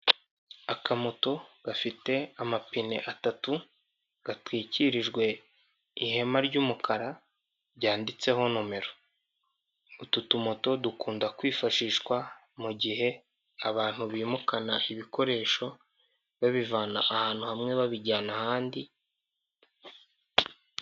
Akamoto gafite amapine atatu, gatwikirijwe ihema ry'umukara ryanditseho nomero. Utu tumoto dukunda kwifashishwa mu gihe abantu bimukana ibikoresho, babivana ahantu hamwe babijyana ahandi